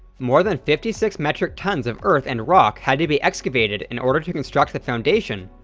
more than fifty six metric tonnes of earth and rock had to be excavated in order to construct the foundation,